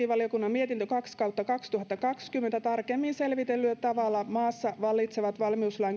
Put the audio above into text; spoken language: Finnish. kaksi kautta kahdentuhannenkahdenkymmenen tarkemmin selvitetyllä tavalla maassa vallitsevat valmiuslain